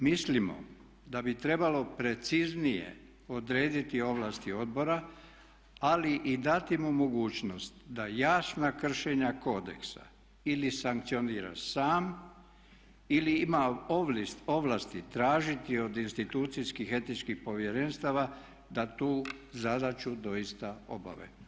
Mislim o da bi trebalo preciznije odrediti ovlasti odbora ali i dati mu mogućnost da jasna kršenja kodeksa ili sankcionira sam ili ima ovlasti tražiti od institucijskih etičkih povjerenstava da tu zadaću doista obave.